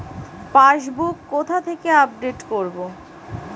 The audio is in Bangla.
পাসবুক কোথায় আপডেট করব?